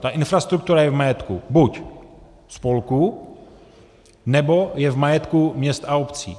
Ta infrastruktura je v majetku buď spolku, nebo je v majetku měst a obcí.